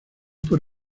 por